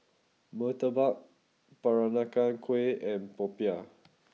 Murtabak Peranakan Kueh and Popiah